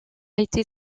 été